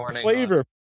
flavor